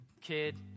Kid